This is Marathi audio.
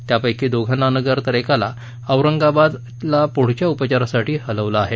त्यापैकी दोघांना नगर तर एकाला औरंगाबादला पुढच्या उपचारासाठी हलवलं आहे